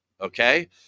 okay